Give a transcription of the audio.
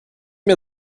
mir